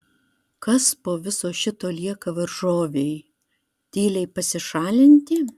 kas po viso šito lieka varžovei tyliai pasišalinti